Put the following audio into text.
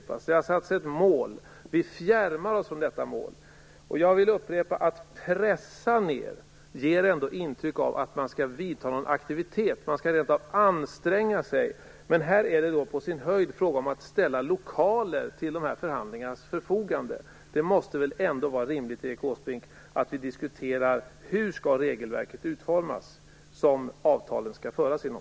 Man har uppsatt ett mål. Vi främjar oss från detta mål. Jag vill upprepa att detta med att pressa ned arbetslösheten ger intryck av att man skall vidta någon aktivitet. Man skall rentav anstränga sig. Men här är det på sin höjd fråga om att ställa lokaler till förfogande för förhandlingarna. Det måste väl ändå var rimligt, Erik Åsbrink, att diskutera hur regelverket skall utformas, det regelverk som avtalen skall träffas inom.